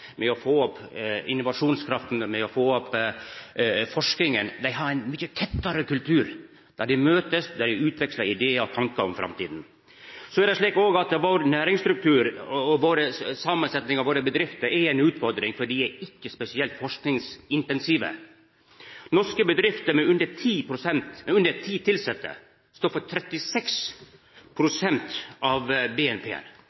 med å få opp innovasjonskrafta og forskinga, har ein mykje tettare kultur, der dei møtest og utvekslar idear og tankar om framtida. Det er òg slik at vår næringsstruktur og samansetjinga av våre bedrifter er ei utfordring, for dei er ikkje spesielt forskingsintensive. Norske bedrifter med under ti tilsette står for 36